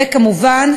וכמובן,